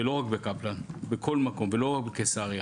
ולא רק בקפלן ולא רק בקיסריה